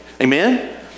Amen